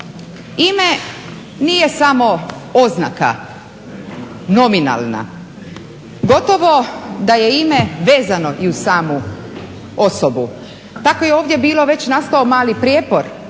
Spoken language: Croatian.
Ime nije samo oznaka nominalna. Gotovo da je ime vezano i uz samu osobu. Tako je ovdje bilo već nastao mali prijepor